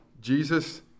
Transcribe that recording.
Jesus